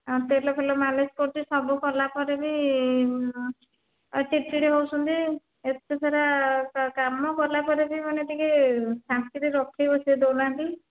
ତେଲ ଫେଲ ମାଲିସ୍ କରୁଛି ସବୁ କଲା ପରେ ବି ଆଉ ଚିଡ଼ି ଚିଡ଼ି ହେଉଛନ୍ତି ଏତେସାରା କାମ କଲାପରେ ବି ମାନେ ଟିକେ ଶାନ୍ତିରେ ରଖେଇ ବସେଇ ଦେଉନାହାନ୍ତି